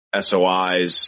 SOIs